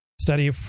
study